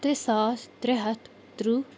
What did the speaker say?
ترٛےٚ ساس ترٛےٚ ہَتھ تٕرٛہ